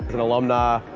and alumni,